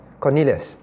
Cornelius